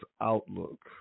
outlook